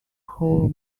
whole